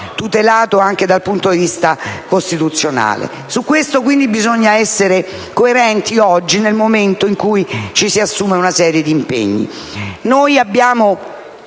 tutelato anche dal punto di vista costituzionale. Su questo quindi bisogna essere coerenti oggi, nel momento in cui ci si assume una serie di impegni. Come